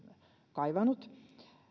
kaivanut